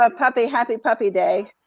um puppy happy puppy day,